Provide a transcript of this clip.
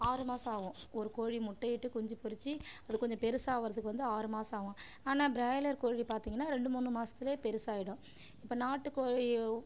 ஆறு மாதம் ஆகும் ஒரு கோழி முட்டையிட்டு குஞ்சு பொறித்து அது கொஞ்சம் பெருசாகிறதுக்கு வந்து ஆறு மாதம் ஆகும் ஆனால் பிராயிலர் கோழி பார்த்தீங்கன்னா ரெண்டு மூணு மாதத்திலேயே பெருசாகிடும் இப்போ நாட்டுக் கோழி